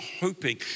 hoping